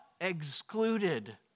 excluded